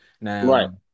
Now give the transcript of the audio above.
Now